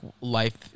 life